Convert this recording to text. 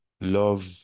love